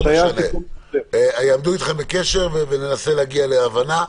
יעמדו אתכם בקשר וננסה להגיע להבנה,